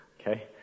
Okay